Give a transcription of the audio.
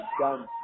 done